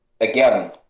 Again